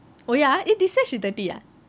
oh ya eh this year she thirty ah